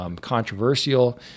controversial